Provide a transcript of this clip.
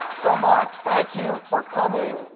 so, mark, thank you for coming.